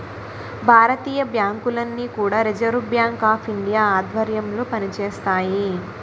భారతీయ బ్యాంకులన్నీ కూడా reserve bank of India ఆధ్వర్యంలో పనిచేస్తాయి